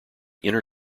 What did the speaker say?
inner